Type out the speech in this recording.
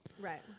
Right